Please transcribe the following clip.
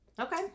Okay